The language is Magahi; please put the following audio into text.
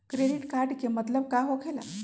क्रेडिट कार्ड के मतलब का होकेला?